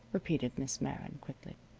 repeated miss meron, quickly.